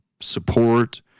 support